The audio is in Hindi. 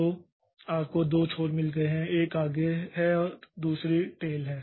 तो आपको दो छोर मिल गए हैं एक आगे है और दूसरी टेल है